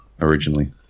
originally